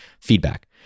feedback